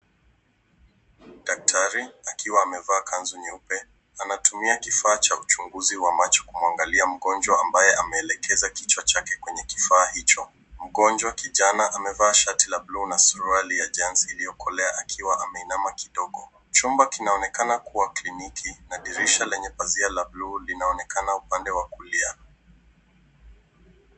Daktari akiwa amevaa kanzu nyeupe, anatumia kifaa cha uchunguzi wa macho kumuangalia mgonjwa ambaye ameelekeza kichwa chake kwenye kifaa hicho. Mgonjwa kijana amevaa shati la blue na suruali ya jeans iliyokolea akiwa ameinama kidogo. Chumba kinaonekana kuwa kliniki, na dirisha lenye pazia la blue linaonekana upande wa kulia.